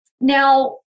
Now